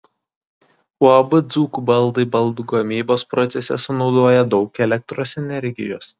uab dzūkų baldai baldų gamybos procese sunaudoja daug elektros energijos